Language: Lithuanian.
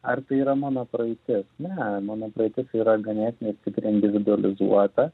ar tai yra mano praeitis ne mano praeitis yra ganėtinai stipriai individualizuota